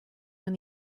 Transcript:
when